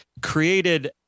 created